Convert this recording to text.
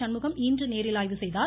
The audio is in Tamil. சண்முகம் இன்று நேரில் ஆய்வு செய்தார்